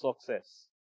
success